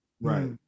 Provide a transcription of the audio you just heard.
Right